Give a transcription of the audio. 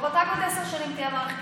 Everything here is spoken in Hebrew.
ושרק בעוד עשר שנים תהיה מערכת בחירות.